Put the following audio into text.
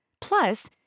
Plus